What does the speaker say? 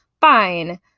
Fine